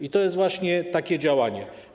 I to jest właśnie takie działanie.